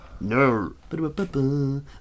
no